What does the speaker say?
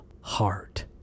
heart